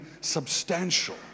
substantial